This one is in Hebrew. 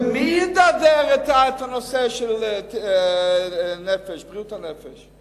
ומי דרדר את הנושא של בריאות הנפש?